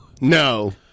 No